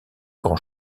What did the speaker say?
grand